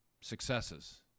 successes